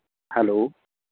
hello